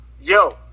yo